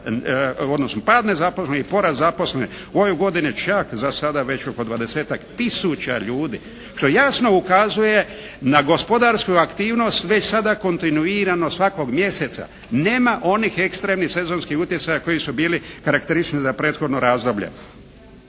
odnosno pad nezaposlenosti i porast zaposlenih u ovoj godini čak za sada već oko 20-tak tisuća ljudi što jasno ukazuje na gospodarsku aktivnost već sada kontinuirano svakog mjeseca. Nema onih ekstremnih sezonskih utjecaja koji su bili karakteristični za prethodno razdoblje.